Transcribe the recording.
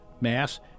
mass